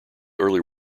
early